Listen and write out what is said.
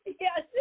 Yes